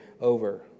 over